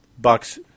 Bucks